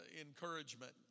encouragement